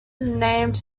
named